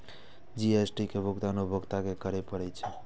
GST के भुगतान उपभोक्ता कें करय पड़ै छै